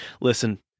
Listen